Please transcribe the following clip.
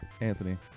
Anthony